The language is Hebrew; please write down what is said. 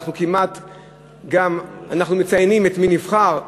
ואנחנו כמעט גם, אנחנו מציינים את מי נבחר.